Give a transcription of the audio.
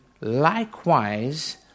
likewise